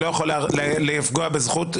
את זה אתם תזכרו.